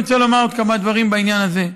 אני רוצה לומר עוד כמה דברים בעניין הזה.